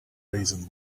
raisin